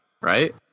right